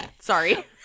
sorry